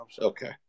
Okay